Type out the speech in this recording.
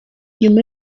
nyuma